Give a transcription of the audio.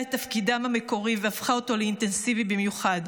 את תפקידם המקורי והפכה אותו לאינטנסיבי במיוחד.